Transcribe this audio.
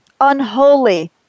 unholy